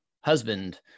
husband